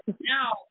now